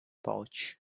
pouch